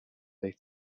they